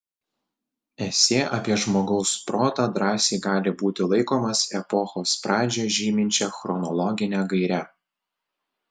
esė apie žmogaus protą drąsiai gali būti laikomas epochos pradžią žyminčia chronologine gaire